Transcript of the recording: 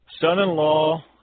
Son-in-law